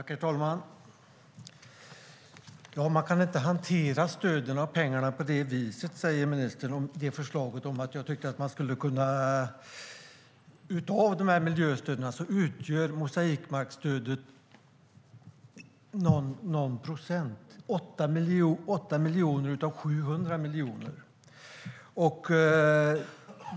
Herr talman! Man kan inte hantera stöden av pengarna på det viset, säger ministern om mitt förslag. Av miljöstöden utgör mosaikbetesmarksstödet någon procent. Det är 8 miljoner av 700 miljoner.